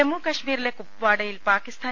ജമ്മു കശ്മീരിലെ കുപ്പാഡ്യിൽ പാക്കിസ്ഥാൻ